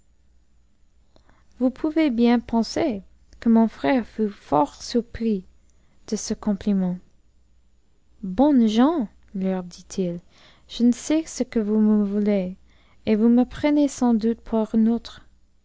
vous pouvez bien penser que mon frère fut fort surpris de ce compliment bonnes gens leur dit-il je ne sais ce que vous me voulez et vous me prenez sans doute pour